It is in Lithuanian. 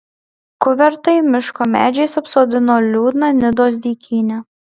kuvertai miško medžiais apsodino liūdną nidos dykynę